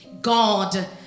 God